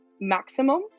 maximum